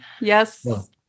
Yes